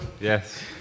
yes